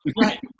Right